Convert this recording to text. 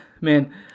man